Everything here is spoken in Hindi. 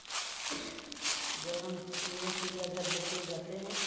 जब हम हम वह चिड़ियाघर देखने जाते हैं